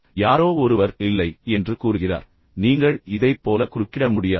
பின்னர் யாரோ ஒருவர் இல்லை இல்லை என்று கூறுகிறார் நீங்கள் இதைப் போல குறுக்கிட முடியாது